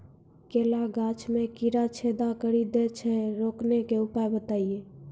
केला गाछ मे कीड़ा छेदा कड़ी दे छ रोकने के उपाय बताइए?